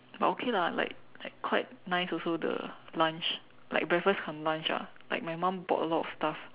but okay lah like like quite nice also the lunch like breakfast cum lunch lah like my mum bought a lot of stuff